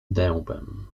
dębem